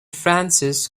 francis